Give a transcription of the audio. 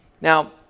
Now